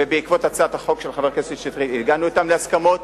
ובעקבות הצעת החוק של חבר הכנסת שטרית הגענו אתם להסכמות.